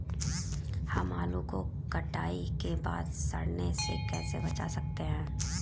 हम आलू को कटाई के बाद सड़ने से कैसे बचा सकते हैं?